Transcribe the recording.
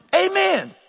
Amen